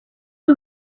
two